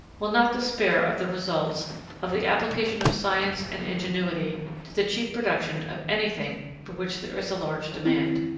will not despair of the results of the application of science and ingenuity to the cheap production of anything for which there is a large demand.